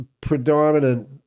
predominant